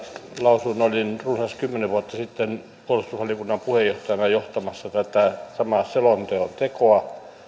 lausuin olin runsas kymmenen vuotta sitten puolustusvaliokunnan puheenjohtajana johtamassa tätä samaa selonteon tekoa